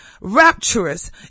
rapturous